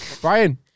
Brian